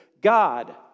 God